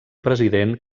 president